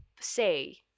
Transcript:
say